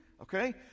okay